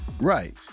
Right